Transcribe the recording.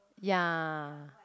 ya